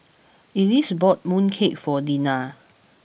Elyse bought Mooncake for Dinah